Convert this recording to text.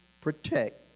protect